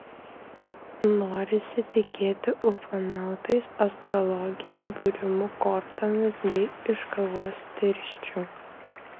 norisi tikėti ufonautais astrologija būrimu kortomis bei iš kavos tirščių